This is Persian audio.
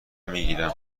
میگیرم